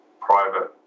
private